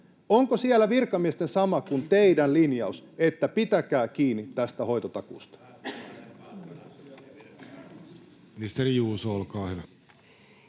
Onko siellä virkamiesten linjaus sama kuin teidän, että pitäkää kiinni tästä hoitotakuusta?